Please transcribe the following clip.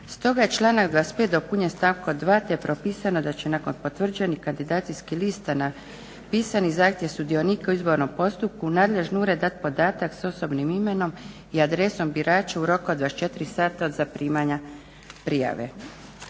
Stoga je članak 25.dopunjen stavkom 2.te je propisano da će nakon potvrđenih kandidacijskih lista na pisani zahtjev sudionika u izbornom postupku nadležni ured dati podatak s osobnim imenom i adresom birača u roku od 24 sata zaprimanja prijave.